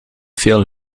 veel